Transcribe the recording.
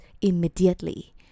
immediately